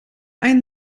einen